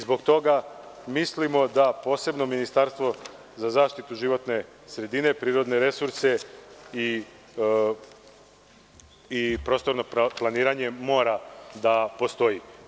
Zbog toga mislimo da posebno Ministarstvo za zaštitu životne sredine, prirodne resurse i prostorno planiranje mora da postoji.